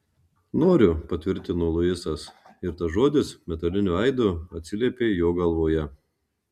noriu patvirtino luisas ir tas žodis metaliniu aidu atsiliepė jo galvoje